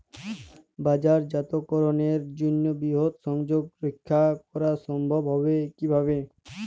বাজারজাতকরণের জন্য বৃহৎ সংযোগ রক্ষা করা সম্ভব হবে কিভাবে?